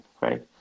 right